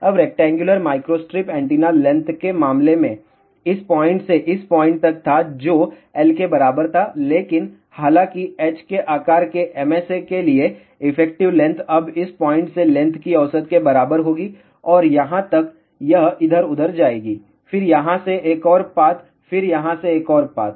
अब rectangular microstrip antenna length के मामले में इस पॉइंट से इस पॉइंट तक था जो L के बराबर था लेकिन हालाँकि H के आकार के MSA के लिए इफेक्टिव लेंथ अब इस पॉइंट से लेंथ की औसत के बराबर होगी और यहाँ तक यह इधर उधर जाएगी फिर यहाँ से एक और पाथ फिर यहाँ से एक और पाथ